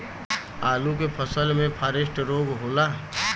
आलू के फसल मे फारेस्ट रोग होला?